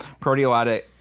proteolytic